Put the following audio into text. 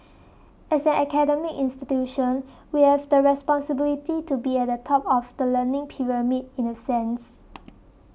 as an academic institution we have the responsibility to be at the top of the learning pyramid in the sense